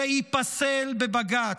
שייפסל בבג"ץ,